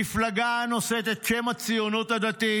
מפלגה הנושאת את שם הציונות הדתית